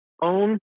own